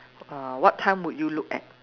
uh what time would you look at